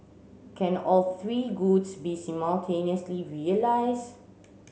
can all three goods be simultaneously realised